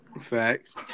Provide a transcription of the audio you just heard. Facts